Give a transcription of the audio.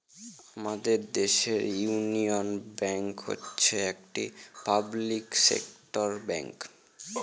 আমাদের দেশের Union Bank হচ্ছে একটি পাবলিক সেক্টর ব্যাঙ্ক